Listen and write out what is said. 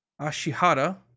Ashihara